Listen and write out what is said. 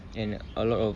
and a lot of